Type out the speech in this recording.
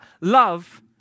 Love